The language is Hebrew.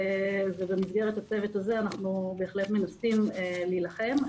ובמסגרת הצוות הזה אנחנו בהחלט מנסים להילחם.